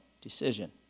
decision